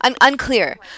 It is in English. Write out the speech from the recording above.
unclear